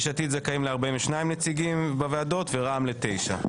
יש עתיד זכאים ל-42 נציגים בוועדות, ורע"מ ל-9.